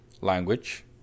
language